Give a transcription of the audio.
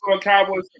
Cowboys